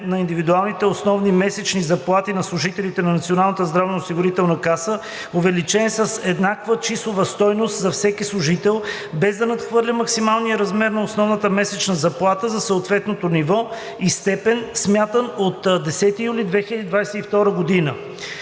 на индивидуалните основни месечни заплати на служителите на Националната здравноосигурителна каса, увеличен с еднаква числова стойност за всеки служител, без да надхвърля максималния размер на основната месечна заплата за съответното ниво и степен, смятан от 10 юли 2022 г.,